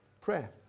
prayer